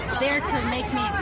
there to make me